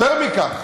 יותר מכך,